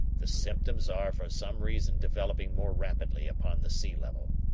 the symptoms are for some reason developing more rapidly upon the sea level.